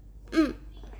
mm